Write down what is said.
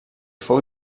fou